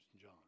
John